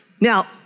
Now